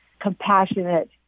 compassionate